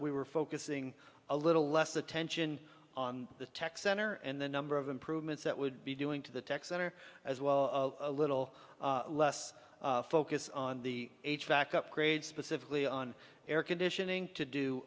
we were focusing a little less attention on the tech center and the number of improvements that would be doing to the tech center as well a little less focus on the back upgrades specifically on air conditioning to do